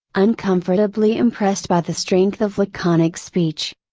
uncomfortably impressed by the strength of laconic speech.